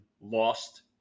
lost